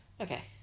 Okay